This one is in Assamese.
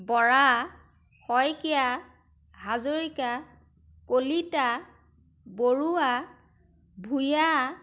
বৰা শইকীয়া হাজৰিকা কলিতা বৰুৱা ভূঞা